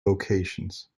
locations